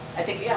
i think you yeah